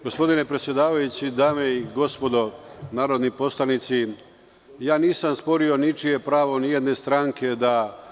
Gospodine predsedavajući, dame i gospodo narodni poslanici, ja nisam sporio ničije pravo nijedne stranke da…